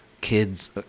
kids